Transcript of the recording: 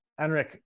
Enric